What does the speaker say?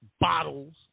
bottles